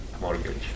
mortgage